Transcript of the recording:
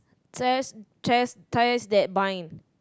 test test ties that bind